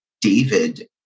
David